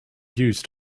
used